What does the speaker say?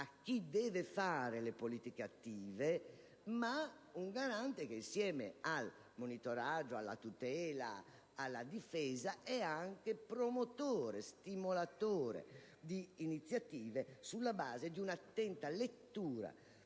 a chi deve fare le politiche attive, ma un Garante che, assieme al monitoraggio, alla tutela, alla difesa, è anche promotore, stimolatore di iniziative sulla base di un'attenta lettura